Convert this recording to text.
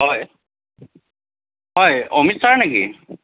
হয় হয় অমৃত ছাৰ নেকি